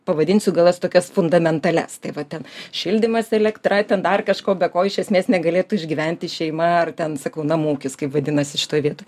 pavadinsiu gal jas tokias fundamentalias tai va ten šildymas elektra ten dar kažko be ko iš esmės negalėtų išgyventi šeima ar ten sakau namų ūkis kaip vadinasi šitoj vietoj